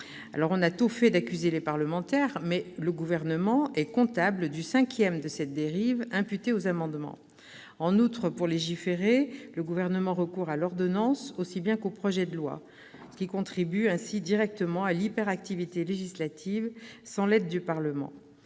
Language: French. On a tôt fait d'accuser les parlementaires, mais le Gouvernement est comptable du cinquième de cette dérive imputée aux amendements. En outre, pour légiférer, le Gouvernement recourt à l'ordonnance aussi bien qu'au projet de loi, contribuant ainsi directement à l'hyperactivité législative, sans l'aide du Parlement.